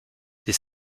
les